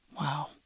Wow